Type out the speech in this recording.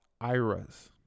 IRAs